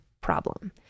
problem